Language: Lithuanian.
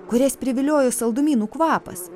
kurias priviliojo saldumynų kvapas